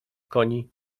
koni